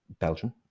Belgium